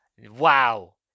Wow